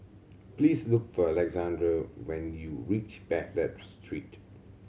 please look for Alexander when you reach Baghdad Street